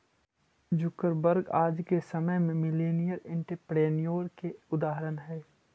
Zuckerberg आज के समय में मिलेनियर एंटरप्रेन्योर के उदाहरण हई